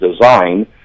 design